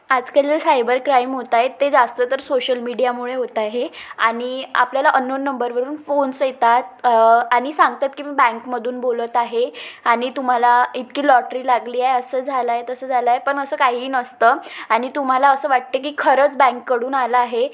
आजकाल जे cyber crime होत आहेत ते जास्त तर सोशल मीडियामुळे होत आहे आणि आपल्याला अन्नोन नंबरवरून फोन्स येतात आणि सांगतात की मी बँकमधून बोलत आहे आणि तुम्हाला इतकी लॉटरी लागली आहे असं झालं आहे तसं झालं आहे पण असं काहीही नसतं आणि तुम्हाला असं वाटतं की खरंच बँककडून आलं आहे